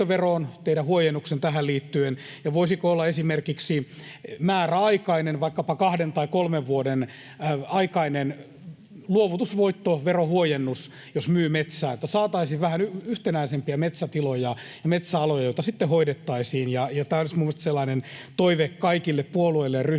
tehdä huojennuksen tähän liittyen? Ja voisiko olla esimerkiksi määräaikainen, vaikkapa kahden tai kolmen vuoden, luovutusvoittoverohuojennus, jos myy metsää, että saataisiin vähän yhtenäisempiä metsätiloja ja metsäaloja, joita sitten hoidettaisiin? Tämä olisi minun mielestäni sellainen toive kaikille puolueille ja ryhmille